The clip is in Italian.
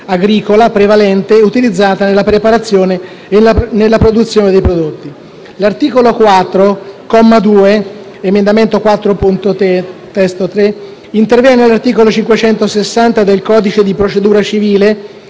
agricola prevalente utilizzata nella preparazione e nella produzione di prodotti. L'articolo 4, comma 2 (emendamento 4.3 (testo 3)) interviene sull'articolo 560 del codice di procedura civile,